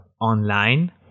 online